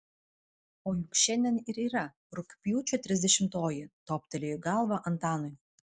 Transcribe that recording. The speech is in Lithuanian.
o juk šiandien ir yra rugpjūčio trisdešimtoji toptelėjo į galvą antanui